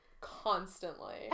constantly